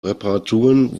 reparaturen